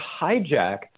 hijack